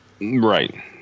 Right